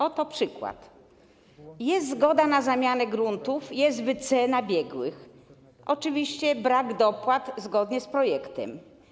Oto przykład: jest zgoda na zamianę gruntów, jest wycena biegłych, oczywiście brak dopłat - zgodnie z projektem.